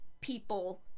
people